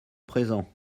présent